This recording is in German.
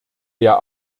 der